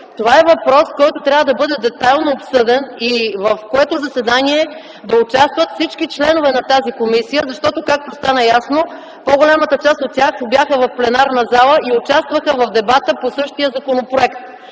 Това е въпрос, който трябва да бъде детайлно обсъден и в което заседание да участват всички членове на тази комисия, защото както стана ясно, по-голямата част от тях бяха в пленарна зала и участваха в дебата по същия законопроект.